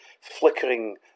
flickering